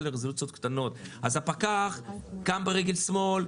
לרזולוציות קטנות - הפקח קם על רגל שמאל,